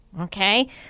okay